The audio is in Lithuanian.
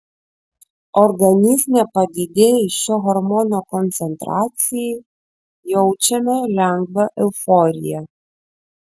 organizme padidėjus šio hormono koncentracijai jaučiame lengvą euforiją